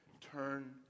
turn